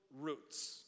roots